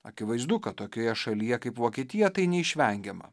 akivaizdu kad tokioje šalyje kaip vokietija tai neišvengiama